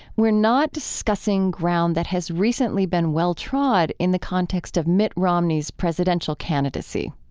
we're not discussing ground that has recently been well trod in the context of mitt romney's presidential candidacy.